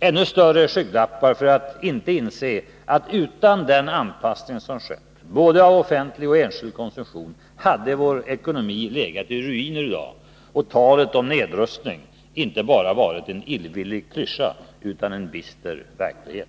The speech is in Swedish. Ännu större skygglappar behövs för att inte inse att utan den anpassning som skett av både offentlig och enskild konsumtion hade vår ekonomi legat i ruiner i dag och talet om nedrustning inte bara varit en illvillig klyscha, utan en bister verklighet.